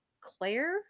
claire